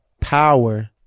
power